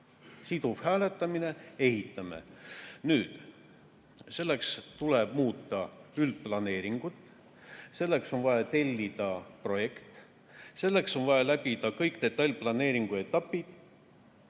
siduv hääletamine ja ehitame. Selleks tuleb muuta üldplaneeringut, selleks on vaja tellida projekt, selleks on vaja läbida kõik detailplaneeringu etapid,